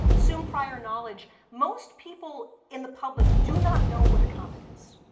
assumed prior knowledge. most people in the public do not know what a comet is.